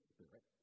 Spirit